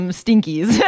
stinkies